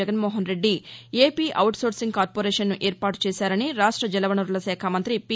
Jaganmohan Reddy AP out sourcing కార్పొరేషన్ను ఏర్పాటు చేశారని రాష్ట జలవనరుల శాఖ మంత్రి పి